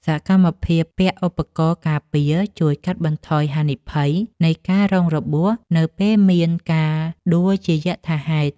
សកម្មភាពពាក់ឧបករណ៍ការពារ ជួយកាត់បន្ថយហានិភ័យនៃការរងរបួសនៅពេលមានការដួលជាយថាហេតុ។